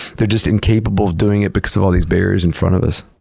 they're just incapable of doing it because of all these barriers in front of us.